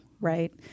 right